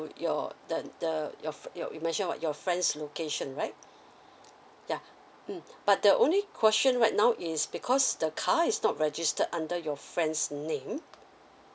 your the the your your mentioned about your friend's location right yeah mm but the only question right now is because the car is not registered under your friend's name